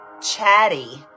chatty